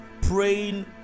praying